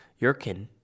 Yurkin